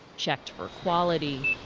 checked for quality,